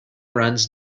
runs